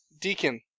Deacon